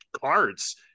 cards